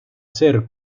ser